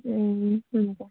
ए हुन्छ हुन्छ